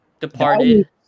departed